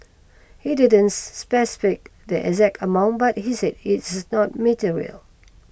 he didn't specify the exact amount but he said it's not material